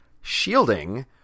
shielding